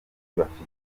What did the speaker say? bafite